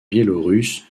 biélorusse